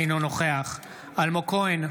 אינו נוכח אלמוג כהן,